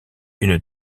une